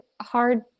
hard